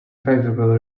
favorable